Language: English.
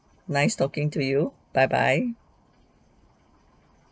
nice talking to you bye bye